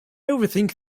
overthink